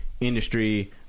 industry